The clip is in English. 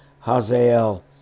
Hazael